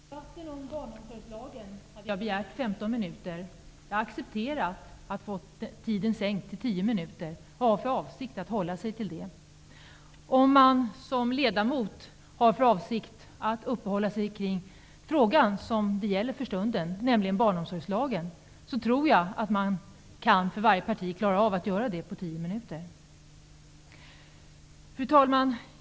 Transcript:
Fru talman! Jag hade begärt att få tala i 15 minuter i debatten om barnomsorgslagen. Jag har accepterat att få tiden sänkt till tio minuter och har för avsikt att hålla mig till det. Om man som ledamot har för avsikt att tala om den fråga det för stunden gäller, nämligen barnomsorgslagen, tror jag att man kan klara av att göra det på 10 minuter. Fru talman!